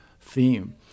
theme